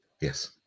Yes